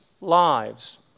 lives